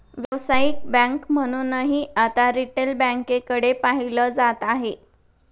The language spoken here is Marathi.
व्यावसायिक बँक म्हणूनही आता रिटेल बँकेकडे पाहिलं जात आहे